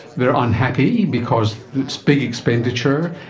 they are unhappy because it's big expenditure,